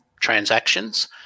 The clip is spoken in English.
transactions